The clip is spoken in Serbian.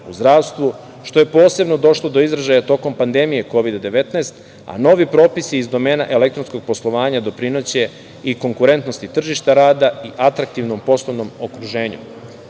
u zdravstvu, što je posebno došlo do izražaja tokom pandemije kovida–19, a novi propisi iz domena elektronskog poslovanja doprineće i konkurentnosti tržišta rada i atraktivnom poslovnom